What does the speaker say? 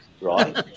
right